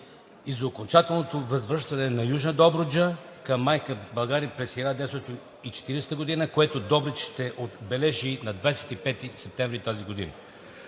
и за окончателното възвръщане на Южна Добруджа към Майка България през 1940 г., което Добрич ще отбележи на 25 септември тази година.